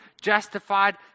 justified